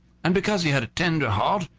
and because he had a tender heart,